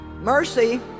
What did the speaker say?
Mercy